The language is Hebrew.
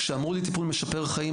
כשאמרו לי "טיפול משפר חיים",